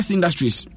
Industries